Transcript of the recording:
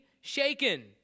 shaken